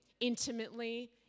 intimately